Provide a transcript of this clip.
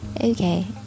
Okay